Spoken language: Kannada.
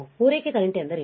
ಪೂರೈಕೆ ಕರೆಂಟ್ ಎಂದರೇನು